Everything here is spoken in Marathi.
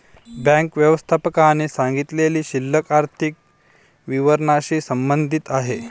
बँक व्यवस्थापकाने सांगितलेली शिल्लक आर्थिक विवरणाशी संबंधित आहे